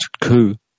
coup